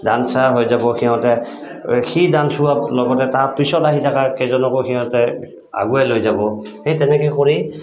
dancer হৈ যাব সিহঁতে সি ডান্স হোৱাৰ লগতে তাৰ পিছত আহি থকা কেইজনকো সিহঁতে আগুৱাই লৈ যাব সেই তেনেকৈ কৰি